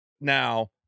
now